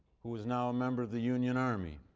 who was now a member of the union army.